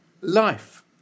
life